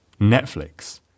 Netflix